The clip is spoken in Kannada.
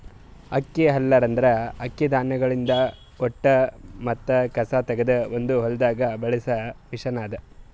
ಅಕ್ಕಿ ಹಲ್ಲರ್ ಅಂದುರ್ ಅಕ್ಕಿ ಧಾನ್ಯಗೊಳ್ದಾಂದ್ ಹೊಟ್ಟ ಮತ್ತ ಕಸಾ ತೆಗೆದ್ ಒಂದು ಹೊಲ್ದಾಗ್ ಬಳಸ ಮಷೀನ್ ಅದಾ